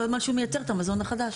כל זמן שהוא מייצר את המזון החדש.